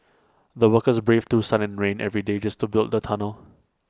the workers braved through sun and rain every day just to build the tunnel